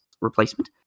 replacement